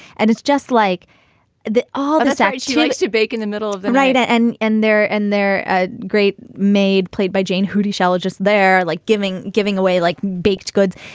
and it's just like the all this actually likes to bake in the middle of the night. and and they're and they're ah great made played by jayne houdyshell. just they're like giving giving away like baked goods.